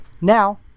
Now